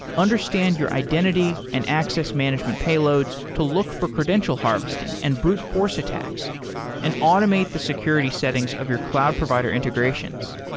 understand your identity and access management payloads to look for credential harvesting and brute force attacks and automate the security settings of your cloud provider integrations.